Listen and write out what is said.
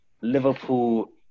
Liverpool